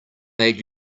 made